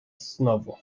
znowu